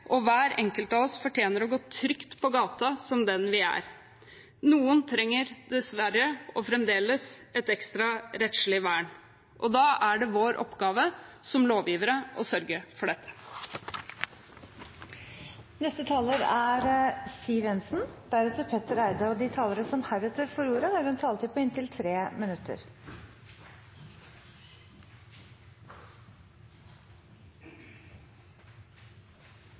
og hver enkelt av oss fortjener å gå trygt på gata som den vi er. Noen trenger dessverre fremdeles et ekstra rettslig vern. Da er det vår oppgave som lovgivere å sørge for dette. De talere som heretter får ordet, har en taletid på inntil 3 minutter.